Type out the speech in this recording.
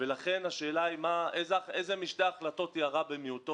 השאלה איזו משתי ההחלטות היא הרע במיעוטו